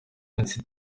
minsi